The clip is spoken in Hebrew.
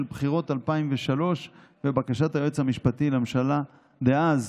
של בחירות 2003 ובקשת היועץ המשפטי לממשלה דאז,